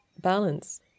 balance